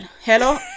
hello